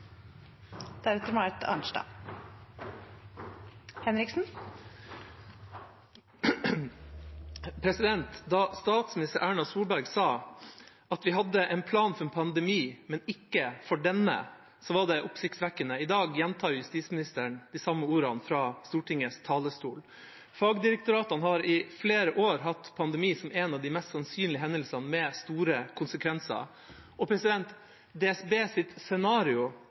Da statsminister Erna Solberg sa at vi hadde en plan for en pandemi, men ikke for denne, var det oppsiktsvekkende. I dag gjentar justisministeren de samme ordene fra Stortingets talerstol. Fagdirektoratene har i flere år hatt pandemi som en av de mest sannsynlige hendelsene med store konsekvenser. Direktoratet for samfunnssikkerhet og beredskaps, DSBs, scenario